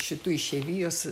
šitų išeivijos